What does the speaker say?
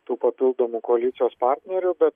tų papildomų koalicijos partnerių bet